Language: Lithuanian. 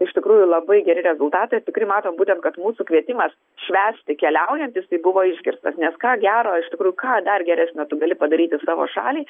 iš tikrųjų labai geri rezultatai tikrai matom būtent kad mūsų kvietimas švęsti keliaujantis tai buvo išgirstas nes ko gero iš tikrųjų ką dar geresnio tu gali padaryti savo šaliai